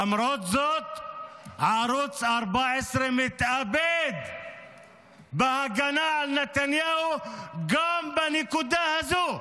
למרות זאת ערוץ 14 מתאבד בהגנה על נתניהו גם בנקודה הזו.